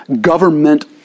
government